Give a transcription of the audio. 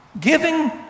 Giving